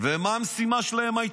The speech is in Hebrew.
מה הייתה המשימה שלהם?